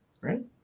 right